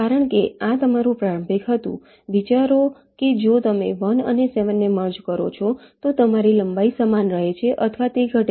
કારણ કે આ તમારું પ્રારંભિક હતું વિચારો કે જો તમે 1 અને 7 ને મર્જ કરો છો તો તમારી લંબાઈ સમાન રહે છે અથવા તે ઘટે છે